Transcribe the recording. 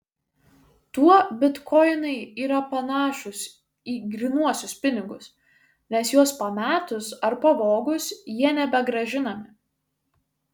tuo bitkoinai yra panašūs į grynuosius pinigus nes juos pametus ar pavogus jie nebegrąžinami